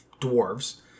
dwarves